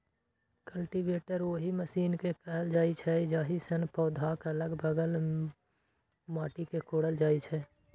cultivator ओहि machine कें कहल जाइ छै, जाहि सं पौधाक अलग बगल माटि कें कोड़ल जाइ छै